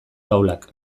taulak